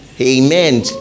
Amen